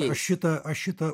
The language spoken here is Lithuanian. aš šitą aš šitą